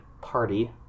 party